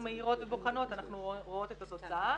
מאירות ובוחנות אנחנו רואות את התוצאה.